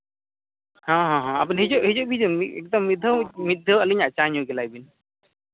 ᱦᱮᱸ ᱦᱮᱸ ᱦᱮᱸ ᱟᱹᱵᱤᱱ ᱦᱤᱡᱩᱜ ᱵᱤᱱ ᱮᱠᱫᱚᱢ ᱢᱤᱫ ᱫᱷᱟᱣ ᱢᱤᱫ ᱫᱷᱟᱣ ᱟᱹᱞᱤᱧᱟᱜ ᱪᱟ ᱧᱩᱭ ᱜᱮᱞᱟᱭ ᱵᱤᱱ